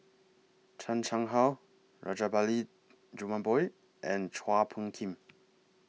Chan Chang How Rajabali Jumabhoy and Chua Phung Kim